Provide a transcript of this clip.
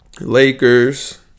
Lakers